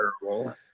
terrible